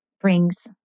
brings